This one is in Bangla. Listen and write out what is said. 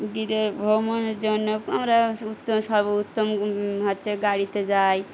গিরে ভ্রমণের জন্য আমরা উত্ত স উত্তম হচ্ছে গাড়িতে যাই